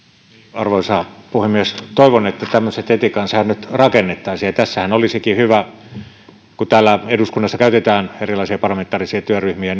arvoisa puhemies toivon että tämmöiset etiikan säännöt rakennettaisiin ja tässähän olisikin hyvä paikka kun täällä eduskunnassa käytetään erilaisia parlamentaarisia työryhmiä